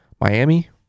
Miami